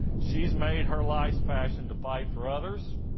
she's made her life's passion to fight for others,